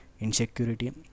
insecurity